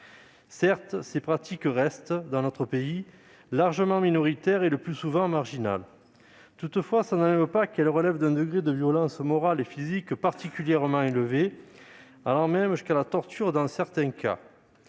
Si ces pratiques restent, dans notre pays, largement minoritaires et le plus souvent marginales, elles relèvent toutefois d'un degré de violence morale et physique particulièrement élevé, allant même jusqu'à la torture dans certains cas.